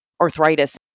arthritis